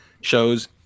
shows